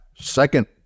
Second